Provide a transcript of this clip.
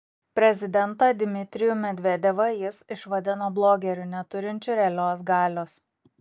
prezidentą dmitrijų medvedevą jis išvadino blogeriu neturinčiu realios galios